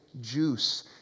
juice